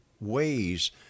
ways